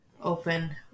open